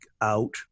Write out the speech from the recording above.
out